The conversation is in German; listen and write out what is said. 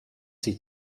sie